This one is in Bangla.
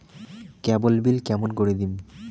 কেবল বিল কেমন করি দিম?